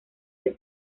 red